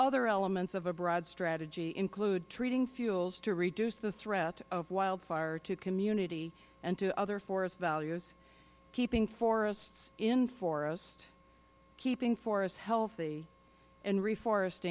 other elements of a broad strategy include treating fuels to reduce the threat of wildfire to community and to other forest values keeping forests in forest keeping forests healthy and reforest